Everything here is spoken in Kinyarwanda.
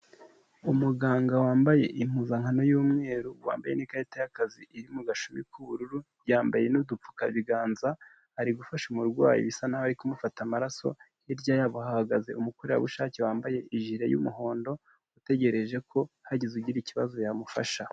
Umuganga wambaye impuzankano y'umweru, wambaye n'ikarita y'akazi iri mu gashumi k'ubururu, yambaye n'udupfukabiganza, ari gufasha umurwayi bisa naho ari kumufata amaraso, hirya yabo hahagaze umukorerabushake wambaye ijire y'umuhondo utegereje ko hagize ugira ikibazo yamufasha.